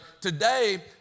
today